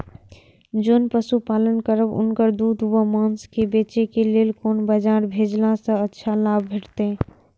जोन पशु पालन करब उनकर दूध व माँस के बेचे के लेल कोन बाजार भेजला सँ अच्छा लाभ भेटैत?